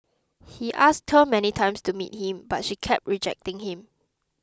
he asked her many times to meet him but she kept rejecting him